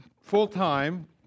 full-time